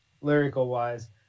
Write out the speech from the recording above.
lyrical-wise